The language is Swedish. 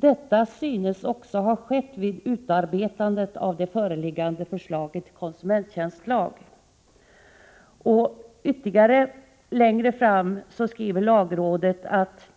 Detta synes också ha skett vid utarbetandet av det föreliggande förslaget till konsumenttjänstlag.” Längre fram i sitt svar skriver lagrådet att